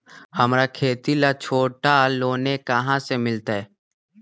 हमरा खेती ला छोटा लोने कहाँ से मिलतै?